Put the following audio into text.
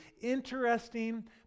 interesting